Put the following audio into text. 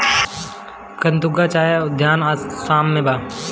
गतूंगा चाय उद्यान आसाम में बा